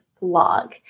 blog